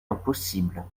impossible